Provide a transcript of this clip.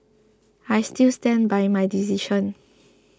I still stand by my decision